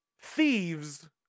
Thieves